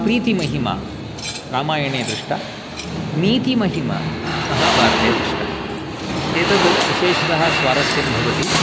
प्रीतिमहिमा रामायणे दृष्टा नीतिमहिमा महाभारते दृष्टा एतद् विशेषतः स्वारस्यं भवति